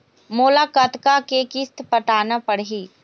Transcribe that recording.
मोला कतका के किस्त पटाना पड़ही?